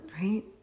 right